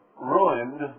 ruined